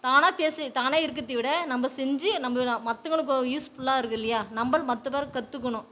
தானாக பேசி தானா இருக்கிறதை விட நம்ப செஞ்சு நம்ப நான் மற்றவங்களுக்கு ஒரு யூஸ்ஃபுல்லாக இருக்குதுல்லையா நம்ப மற்ற பேருக்கு கற்றுக்கணும்